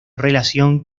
relación